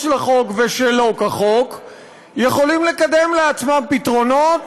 לחוק ושלא כחוק יכולים לקדם לעצמם פתרונות,